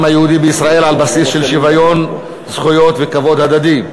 היהודי בישראל על בסיס של שוויון זכויות וכבוד הדדי,